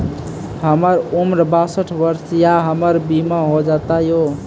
हमर उम्र बासठ वर्ष या हमर बीमा हो जाता यो?